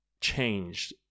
changed